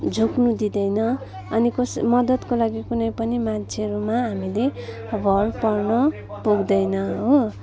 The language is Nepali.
झुक्नु दिँदैन अनि कसै मदतको लागि कुनै पनि मान्छेहरूमा हामीहरूले भर पर्न पुग्दैन हो